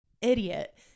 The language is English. idiot